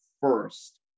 first